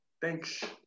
Thanks